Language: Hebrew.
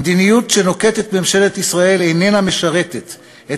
המדיניות שנוקטת ממשלת ישראל איננה משרתת את